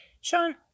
Sean